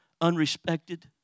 unrespected